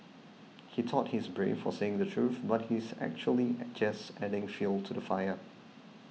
he thought he's brave for saying the truth but he's actually just adding fuel to the fire